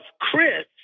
Chris